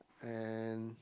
and